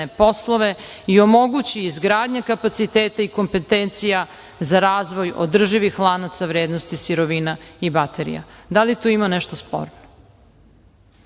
poslove i omogući izgradnja kapaciteta i kompetencija za razvoj održivih lanaca vrednosti sirovina i baterija. Da li tu ima nešto sporno?